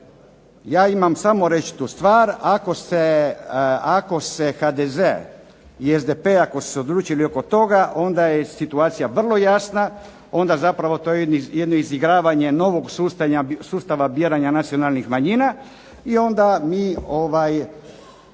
Ja imam samo reći tu stvar, ako se HDZ i SDP, ako su se odlučili oko toga, onda je situacija vrlo jasna, onda zapravo to jedno izigravanje novog sustava …/Ne razumije se./… nacionalnih manjina, i onda mi sebi